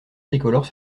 tricolores